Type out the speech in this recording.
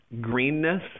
greenness